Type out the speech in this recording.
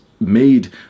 made